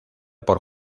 por